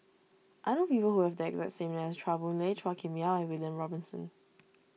I know people who have the exact name as Chua Boon Lay Chua Kim Yeow and William Robinson